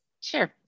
Sure